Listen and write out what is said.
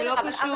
זה לא קשור,